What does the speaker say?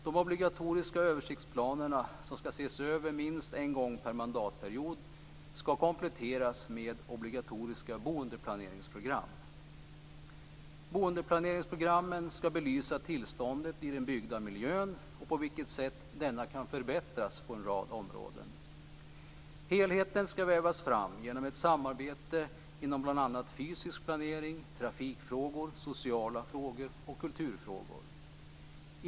De obligatoriska översiktsplanerna, som skall ses över minst en gång per mandatperiod, skall kompletteras med obligatoriska boendeplaneringsprogram. Boendeplaneringsprogrammen skall belysa tillståndet i den byggda miljön och på vilket sätt denna kan förbättras på en rad områden. Helheten skall vävas fram genom ett samarbete inom bl.a. fysisk planering, trafikfrågor, sociala frågor och kulturfrågor.